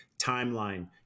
timeline